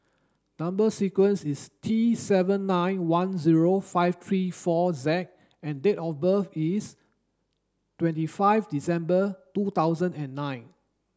number sequence is T seven nine one zero five three four Z and date of birth is twenty five December two thousand and nine